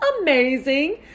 amazing